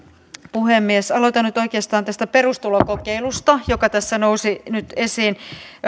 puhemies aloitan nyt oikeastaan tästä perustulokokeilusta joka tässä nousi nyt esiin